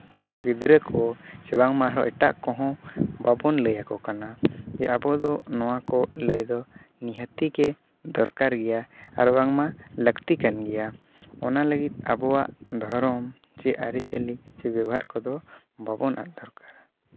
ᱜᱤᱫᱽᱨᱟᱹ ᱠᱚ ᱵᱟᱝᱢᱟ ᱮᱴᱟᱜ ᱠᱚᱦᱚᱸ ᱵᱟᱵᱚᱱ ᱞᱟᱹᱭ ᱟᱠᱚ ᱠᱟᱱᱟ ᱡᱮ ᱟᱵᱚ ᱫᱚ ᱱᱚᱣᱟ ᱠᱚ ᱞᱟᱹᱭ ᱫᱚ ᱱᱤᱦᱟᱹᱛᱤ ᱜᱮ ᱫᱚᱨᱠᱟᱨ ᱜᱮᱭᱟ ᱟᱨ ᱵᱟᱝᱢᱟ ᱞᱟᱹᱠᱛᱤ ᱠᱟᱱ ᱜᱮᱭᱟ ᱚᱱᱟ ᱞᱟᱹᱜᱤᱫ ᱟᱵᱚᱣᱟᱜ ᱫᱷᱚᱨᱚᱢ ᱪᱮ ᱟᱹᱨᱤᱼᱪᱟᱹᱞᱤ ᱪᱮ ᱵᱮᱵᱚᱦᱟᱨ ᱠᱚᱫᱚ ᱵᱟᱵᱚᱱ ᱟᱫ ᱫᱚᱨᱠᱟᱨᱟ